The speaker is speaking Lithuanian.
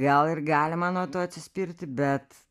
gal ir galima nuo to atsispirti bet